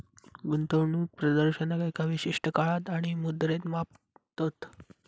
गुंतवणूक प्रदर्शनाक एका विशिष्ट काळात आणि मुद्रेत मापतत